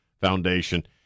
foundation